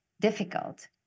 difficult